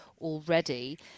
already